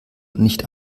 nicht